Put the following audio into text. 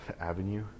avenue